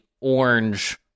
orange